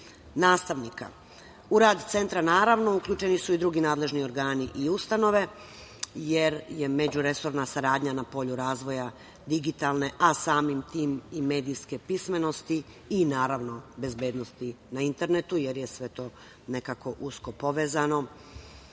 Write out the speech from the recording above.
U rad centra, naravno, uključeni su i drugi nadležni organi i ustanove, jer je međuresorna saradnja na polju razvoja digitalne, a samim tim i medijske pismenosti i bezbednosti na internetu, jer je sve to nekako usko povezano,